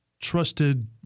trusted